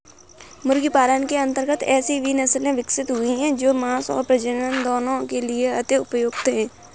मुर्गी पालन के अंतर्गत ऐसी भी नसले विकसित हुई हैं जो मांस और प्रजनन दोनों के लिए अति उपयुक्त हैं